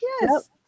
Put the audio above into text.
Yes